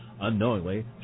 Unknowingly